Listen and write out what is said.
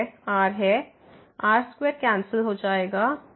तो यह r है r2 कैंसिल हो जाएगा